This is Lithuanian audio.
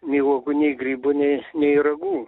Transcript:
nei uogų nei grybų nei nei ragų